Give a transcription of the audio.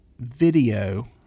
video